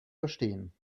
verstehen